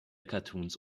cartoons